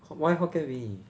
why hokkien mee